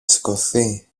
σηκωθεί